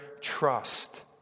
trust